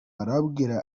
arababwira